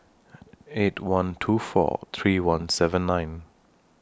eight one two four three one seven nine